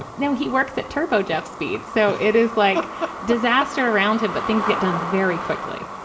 no, he works that turbo jeff speed. so it is like disaster around him. but things get done very quickly.